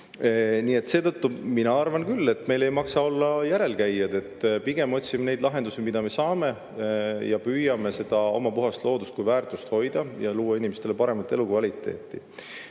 Seetõttu mina arvan küll, et meil ei maksa olla järelkäijad. Pigem otsime neid lahendusi, mida me saame kasutada, ning püüame seda oma puhast loodust kui väärtust hoida ja luua inimestele paremat elukvaliteeti.